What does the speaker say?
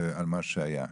על מה שהיה,